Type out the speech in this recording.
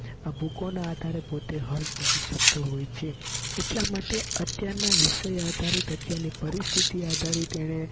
આ બુકોને આધારે પોતે હલ કરી શકતો હોય છે એટલા માટે અત્યારના વિષય આધારિત અત્યારની પરિસ્થિતિ આધારિત એણે